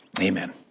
amen